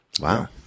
Wow